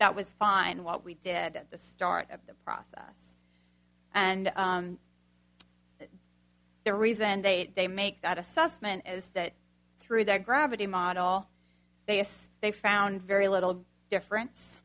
that was fine what we did at the start of the process and the reason they they make that assessment is that through their gravity model they assess they found very little difference